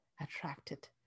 Attracted